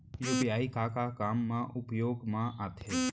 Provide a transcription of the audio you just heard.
UPI का का काम मा उपयोग मा आथे?